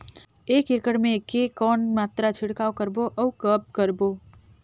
एक एकड़ मे के कौन मात्रा छिड़काव करबो अउ कब करबो?